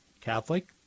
Catholic